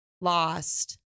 lost